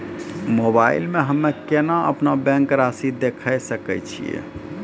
Mobile मे हम्मय केना अपनो बैंक रासि देखय सकय छियै?